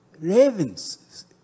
ravens